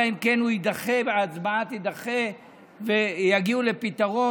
אלא אם כן הוא יידחה וההצבעה תידחה ויגיעו לפתרון.